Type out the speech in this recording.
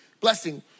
blessing